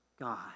God